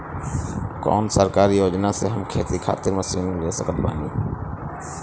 कौन सरकारी योजना से हम खेती खातिर मशीन ले सकत बानी?